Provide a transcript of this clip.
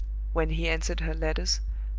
when he answered her letters,